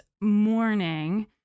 morning